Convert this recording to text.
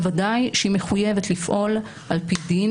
בוודאי שהיא מחויבת לפעול על פי דין